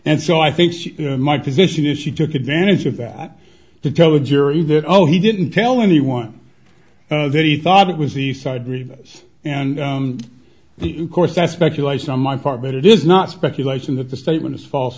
and so i think my position is she took advantage of that to tell the jury that oh he didn't tell anyone that he thought it was the side rebus and the of course that's speculation on my part but it is not speculation that the statement is false